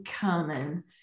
common